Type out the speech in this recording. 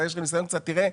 קצת תראה,